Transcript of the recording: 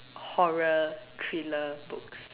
horror thriller books